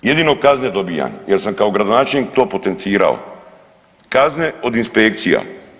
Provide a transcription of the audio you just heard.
Jedino kazne dobivam jer sam kao gradonačelnik to potencirao, kazne od inspekcija.